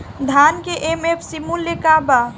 धान के एम.एफ.सी मूल्य का बा?